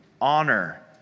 honor